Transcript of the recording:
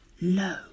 low